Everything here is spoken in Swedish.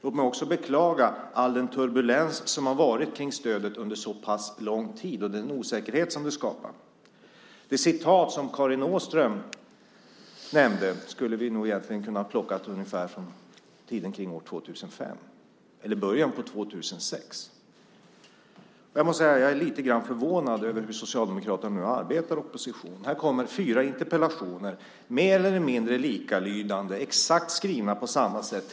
Låt mig också beklaga all den turbulens som har varit kring stödet under så pass lång tid och den osäkerhet som har skapats. De uttalanden som Karin Åström nämnde skulle vi nog egentligen ha kunnat plocka från ungefär 2005 eller början av 2006. Jag måste säga att jag är lite förvånad över hur Socialdemokraterna nu arbetar i opposition. Här kommer fyra interpellationer, mer eller mindre likalydande, skrivna på exakt samma sätt.